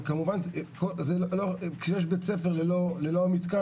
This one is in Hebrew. אבל כמובן כשיש בית ספר ללא מתקן,